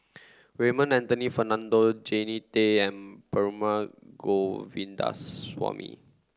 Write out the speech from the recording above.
Raymond Anthony Fernando Jannie Tay and Perumal Govindaswamy